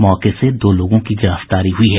मौके से दो लोगों की गिरफ्तारी हुई है